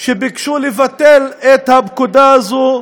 שביקשו לבטל את הפקודה הזו,